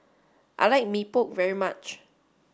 I like Mee Pok very much